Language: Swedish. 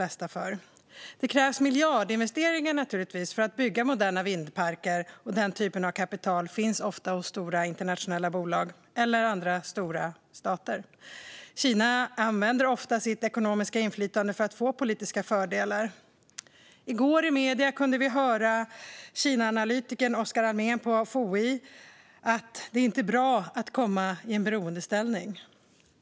Det krävs givetvis miljardinvesteringar för att bygga moderna vindparker, och den typen av kapital finns ofta hos stora internationella bolag eller stora stater. Kina använder ofta sitt ekonomiska inflytande för att få politiska fördelar. I medierna i går kunde vi höra Kinaanalytikern på FOI, Oscar Almén, säga att det inte är bra att hamna i beroendeställning.